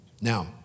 Now